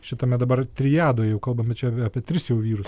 šitame dabar triadoj jau kalbame čia apie tris jau vyrus